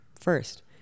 first